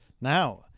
Now